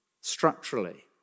Structurally